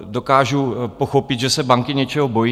Dokážu pochopit, že se banky něčeho bojí.